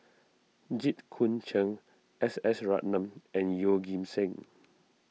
Jit Koon Cheng S S Ratnam and Yeoh Ghim Seng